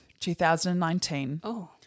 2019